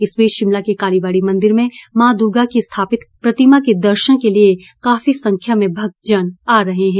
इस बीच शिमला के काली बाड़ी मंदिर में माँ दुर्गा की स्थापित प्रतिमा का दर्शन के लिये काफी संख्या में भक्तजन आ रहे हैं